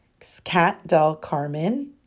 catdelcarmen